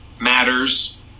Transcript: matters